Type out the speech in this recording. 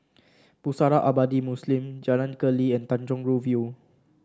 Pusara Abadi Muslim Jalan Keli and Tanjong Rhu View